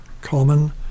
common